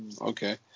okay